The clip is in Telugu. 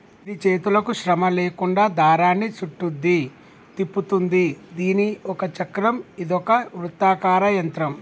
గిది చేతులకు శ్రమ లేకుండా దారాన్ని సుట్టుద్ది, తిప్పుతుంది దీని ఒక చక్రం ఇదొక వృత్తాకార యంత్రం